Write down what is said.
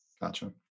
Gotcha